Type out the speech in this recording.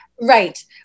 Right